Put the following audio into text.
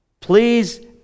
Please